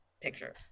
picture